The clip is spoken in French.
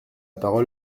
parole